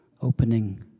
opening